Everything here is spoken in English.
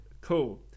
Cool